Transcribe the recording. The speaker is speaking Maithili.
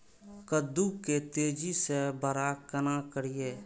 कद्दू के तेजी से बड़ा केना करिए?